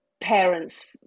parents